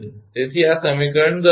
તેથી આ સમીકરણ 10 છે